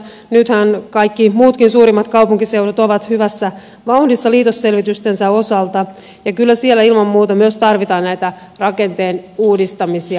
nythän kaikki muutkin suurimmat kaupunkiseudut ovat hyvässä vauhdissa liitosselvitystensä osalta ja kyllä siellä ilman muuta myös tarvitaan näitä rakenteen uudistamisia